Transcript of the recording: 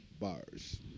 Bars